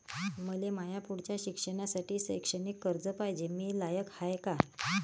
मले माया पुढच्या शिक्षणासाठी शैक्षणिक कर्ज पायजे, मी लायक हाय का?